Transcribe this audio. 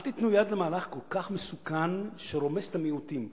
אל תיתנו יד למהלך כל כך מסוכן שרומס את המיעוטים.